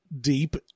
deep